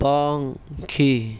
પંખી